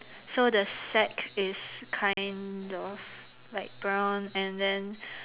so the sack is kind of like brown and then